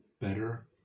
better